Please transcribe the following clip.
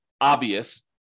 obvious